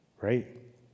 right